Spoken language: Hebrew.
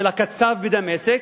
של הקצב מדמשק,